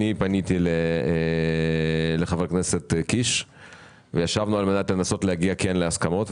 פניתי לחבר הכנסת קיש על מנת לנסות להגיע להסכמות,